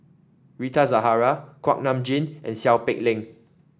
Rita Zahara Kuak Nam Jin and Seow Peck Leng